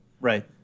Right